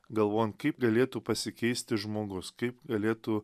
galvon kaip galėtų pasikeisti žmogus kaip galėtų